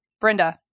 Brenda